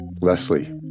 Leslie